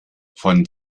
von